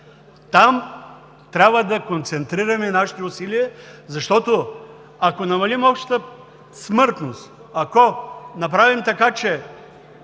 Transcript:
там трябва да концентрираме нашите усилия, защото, ако намалим общата смъртност, ако направим така, че